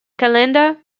calendar